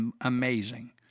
amazing